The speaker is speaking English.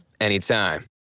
anytime